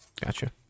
gotcha